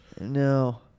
No